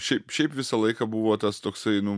šiaip šiaip visą laiką buvo tas toksai nu